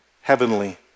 heavenly